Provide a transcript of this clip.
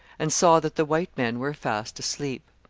and saw that the white men were fast asleep.